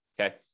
Okay